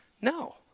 No